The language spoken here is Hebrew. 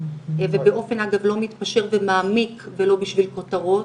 ובאופן אגב לא מתפשר ומעמיק ולא בשביל כותרות.